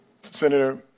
Senator